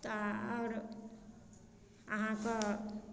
तऽ आओर अहाँके